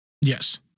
Yes